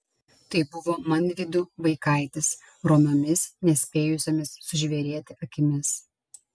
tai buvo manvydų vaikaitis romiomis nespėjusiomis sužvėrėti akimis